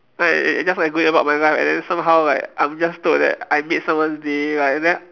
I just like going about my life and then somehow like I'm just told that I made someone's day like then